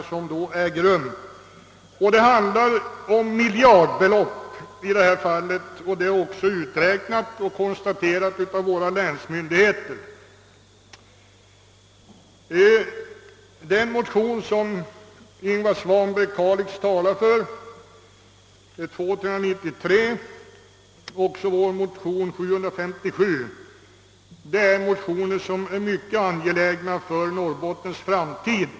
Det rör sig om miljardbelopp, vilket är uträknat och konstaterat av våra länsmyndighe ter: Motionerna II: 393 av herr Svanberg och II: 757 av herr Lorentzon är mycket angelägna för Norrbottens framtid.